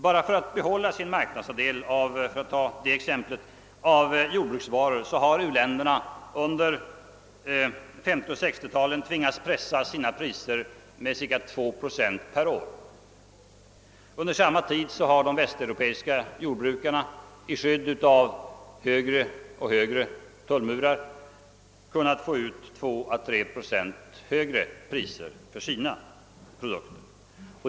Bara för att behålla sin marknadsandel av jordbruksvaror — för att ta dem som exempel — har uländerna under 1950 och 1960-talen tvingats pressa sina priser med cirka 2 procent per år. Under samma tid har de västeuropeiska jordbrukarna i skydd av högre och högre tullmurar kunnat få ut 2 å 3 procent högre priser för sina produkter.